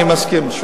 אני מסכים.